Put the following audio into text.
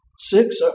Six